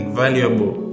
valuable